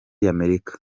y’amerika